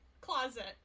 closet